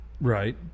Right